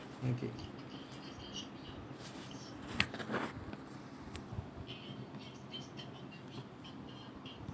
okay